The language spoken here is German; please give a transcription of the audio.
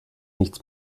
nichts